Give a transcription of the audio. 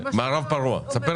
זה ברור.